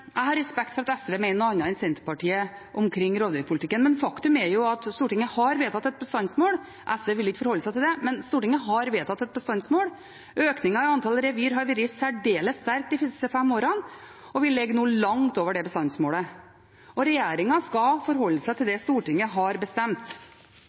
jeg har respekt for at SV mener noe annet enn Senterpartiet om rovdyrpolitikken, men faktum er at Stortinget har vedtatt et bestandsmål. SV vil ikke forholde seg til det, men Stortinget har vedtatt et bestandsmål. Økningen i antall revir har vært særdeles sterk de siste fem årene, og vi ligger nå langt over det bestandsmålet. Regjeringen skal forholde seg til